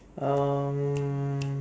um